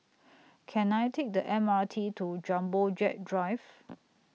Can I Take The M R T to Jumbo Jet Drive